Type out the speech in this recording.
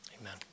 amen